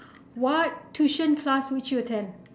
what tuition class would you attend